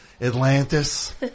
Atlantis